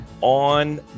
on